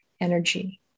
energy